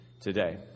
today